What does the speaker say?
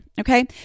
Okay